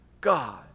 God